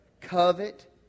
Covet